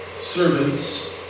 Servants